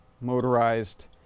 motorized